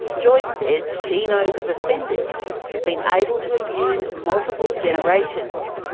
joyce says she knows of offenders who've been able to abuse multiple generations.